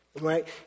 right